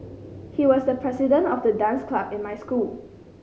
he was the president of the dance club in my school